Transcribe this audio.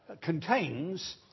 contains